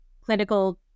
clinical